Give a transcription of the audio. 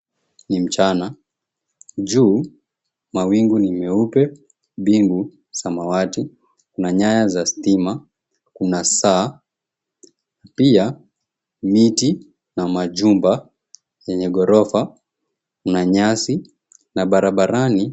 Ni mchana juu mawingu ni meupe mbingu ni samawati kuna nyaya za stima kuna saa na pia miti na majumba yenye gorofa na nyasi na barabarani